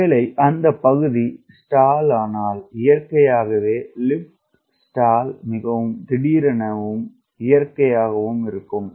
ஒரு வேலை அந்த பகுதி ஸ்டால் செய்தால் இயற்கையாகவே லிப்ட் ஸ்டால் மிகவும் திடீரெனவும் இயற்கையாகவும் இருக்கும்